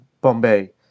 Bombay